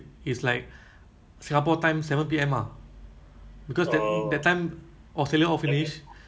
new york and where ah san francisco right L_A ah L_A L_A